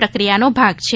પ્રક્રિયાનો ભાગ છે